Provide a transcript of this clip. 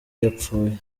yapfuye